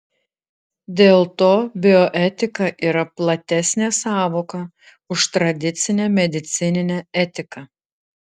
dėl to bioetika yra platesnė sąvoka už tradicinę medicininę etiką